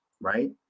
right